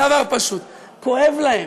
דבר פשוט: כואב להם.